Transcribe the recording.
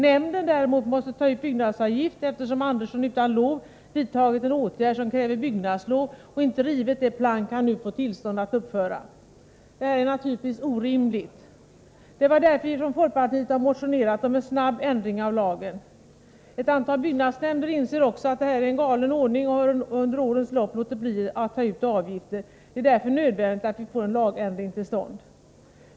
Nämnden däremot måste ta ut byggnadsavgift, eftersom Andersson utan lov vidtagit en åtgärd som kräver byggnadslov och inte rivit det plank han nu fått tillstånd att uppföra. Detta är naturligtvis orimligt. Det var därför vi från folkpartiet motionerade om en snabb ändring av lagen. Ett antal byggnadsnämnder inser också att detta är en galen ordning och har under årens lopp låtit bli att ta ut avgifter. Det är därför nödvändigt att vi får en lagändring till stånd.